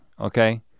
Okay